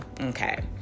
okay